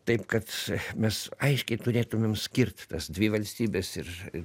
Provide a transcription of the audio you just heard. taip kad mes aiškiai turėtumėm skirt tas dvi valstybes ir